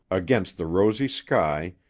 against the rosy sky,